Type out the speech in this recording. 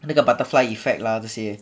那个 butterfly effect lah 这些